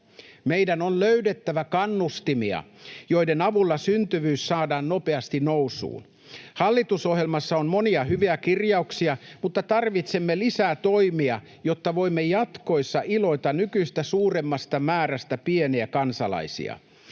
Meidän on löydettävä kannustimia, joiden avulla syntyvyys saadaan nopeasti nousuun. Hallitusohjelmassa on monia hyviä kirjauksia, mutta tarvitsemme lisää toimia, jotta voimme jatkossa iloita nykyistä suuremmasta määrästä pieniä kansalaisia.